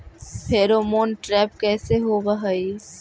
Pheromone trap कैसे होब हई?